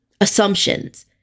assumptions